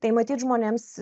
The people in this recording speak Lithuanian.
tai matyt žmonėms